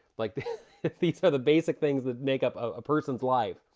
like these are the basic things that make up a person's life.